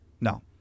No